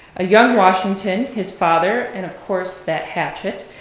a young washington, his father, and of course that hatchet,